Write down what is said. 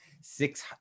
six